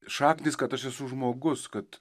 šaknys kad aš esu žmogus kad